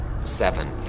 Seven